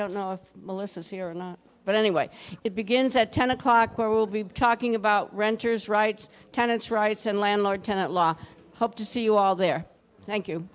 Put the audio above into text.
don't know if melissa is here or not but anyway it begins at ten o'clock or we'll be talking about renters rights tenants rights and landlord tenant law hope to see you all there thank you